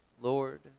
Lord